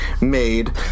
made